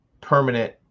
permanent